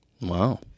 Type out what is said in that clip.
Wow